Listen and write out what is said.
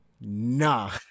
Nah